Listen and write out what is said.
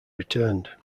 returned